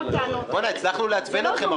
--- זה לא דומה למקרה שבו --- הצלחנו לעצבן אתכם,